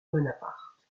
bonaparte